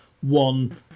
one